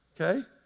Okay